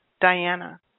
Diana